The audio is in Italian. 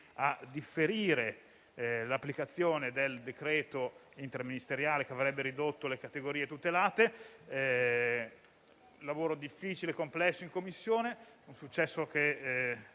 a differire l'applicazione del decreto interministeriale che avrebbe ridotto le categorie tutelate. È stato un lavoro difficile e complesso in Commissione, un successo